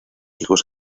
hijos